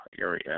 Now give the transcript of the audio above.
area